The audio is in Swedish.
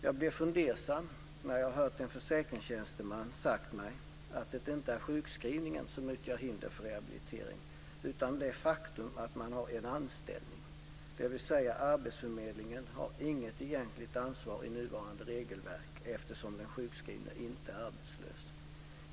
Jag blir fundersam när jag hör en försäkringstjänsteman säga att det inte är sjukskrivningen som utgör hinder för rehabilitering utan det faktum att man har en anställning, dvs. arbetsförmedlingen har inget egentligt ansvar i nuvarande regelverk eftersom den sjukskrivne inte är arbetslös.